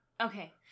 Okay